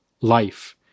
life